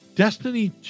Destiny